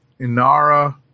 Inara